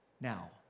Now